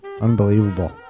unbelievable